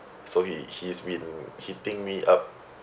so he he's been hitting me up